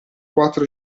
quattro